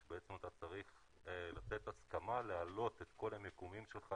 שבעצם אתה צריך לתת הסכמה להעלות את כל המיקומים שלך,